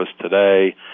today